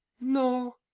no